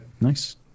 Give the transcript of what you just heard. nice